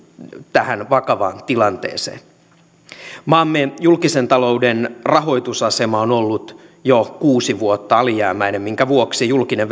tähän vakavaan tilanteeseen maamme julkisen talouden rahoitusasema on ollut jo kuusi vuotta alijäämäinen minkä vuoksi julkinen